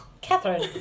Catherine